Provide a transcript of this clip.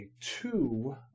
two